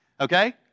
okay